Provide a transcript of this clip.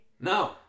No